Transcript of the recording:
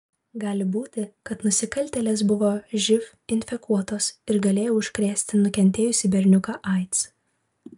gali būti kad nusikaltėlės buvo živ infekuotos ir galėjo užkrėsti nukentėjusį berniuką aids